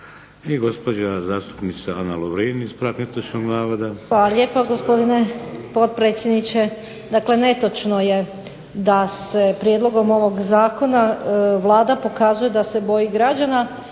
I gospođa zastupnica Ana Lovrin, ispravak netočnog navoda.